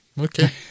Okay